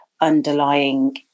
underlying